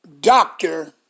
doctor